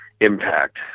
impact